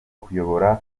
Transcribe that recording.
kuyobora